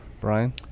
Brian